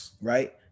right